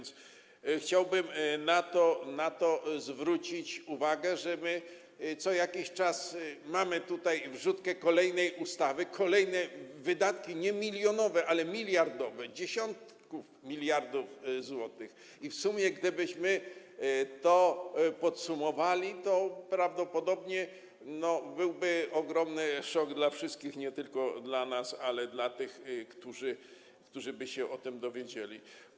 Chciałbym więc zwrócić uwagę na to, że co jakiś czas mamy tutaj wrzutkę, kolejną ustawę, kolejne wydatki, nie milionowe, ale miliardowe, dziesiątków miliardów złotych i w sumie, gdybyśmy to podsumowali, to prawdopodobnie byłby ogromny szok dla wszystkich, nie tylko dla nas, ale i dla tych, którzy by się o tym dowiedzieli.